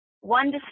One